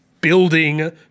building